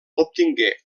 obtingué